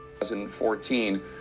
2014